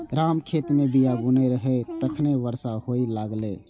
राम खेत मे बीया बुनै रहै, तखने बरसा हुअय लागलै